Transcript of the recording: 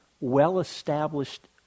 well-established